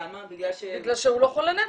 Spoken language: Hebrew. למה, בגלל ש --- בגלל שהוא לא חולה נפש.